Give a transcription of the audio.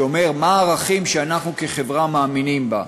שאומרים מה הערכים שאנחנו כחברה מאמינים בהם,